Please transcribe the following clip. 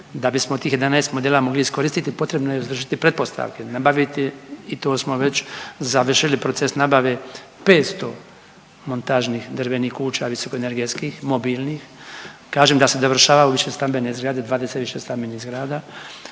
Da bismo tih 11 modela mogli iskoristiti potrebno je …/Govornik se ne razumije/…pretpostavke, nabaviti i to smo već završili proces nabave 500 montažnih drvenih kuća visokoenergetskih mobilnih, kažem da se dovršavaju višestambene zgrade, 20 višestambenih zgrada.